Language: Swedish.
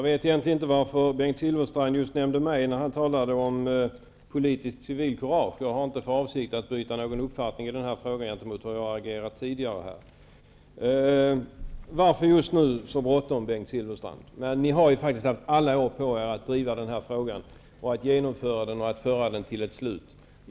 Herr talman! Jag vet inte varför Bengt Silfverstrand nämnde just mig när han talade om politiskt civilkurage. Jag har inte för avsikt att byta till någon annan uppfattning i den här frågan än den jag tidigare har haft. Varför har ni så bråttom just nu, Bengt Silfverstrand? Ni har ju haft alla år på er att driva den här frågan och att driva den till ett slut.